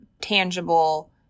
tangible